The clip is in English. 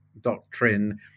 doctrine